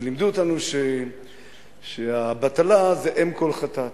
ולימדו אותנו שהבטלה היא אם כל חטאת.